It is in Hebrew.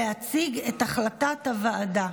להציג את החלטת הוועדה.